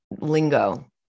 lingo